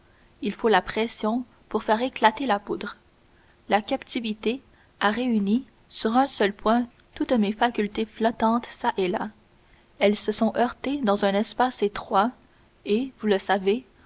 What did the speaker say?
il faut la pression pour faire éclater la poudre la captivité a réuni sur un seul point toutes mes facultés flottantes çà et là elles se sont heurtées dans un espace étroit et vous le savez